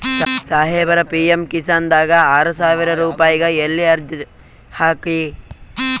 ಸಾಹೇಬರ, ಪಿ.ಎಮ್ ಕಿಸಾನ್ ದಾಗ ಆರಸಾವಿರ ರುಪಾಯಿಗ ಎಲ್ಲಿ ಅರ್ಜಿ ಹಾಕ್ಲಿ?